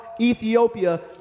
Ethiopia